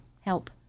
help